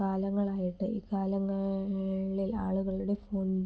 കാലങ്ങളായിട്ട് ഈ കാലങ്ങളിൽ ആളുകളുടെ ഫോണിൻ്റെ